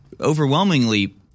overwhelmingly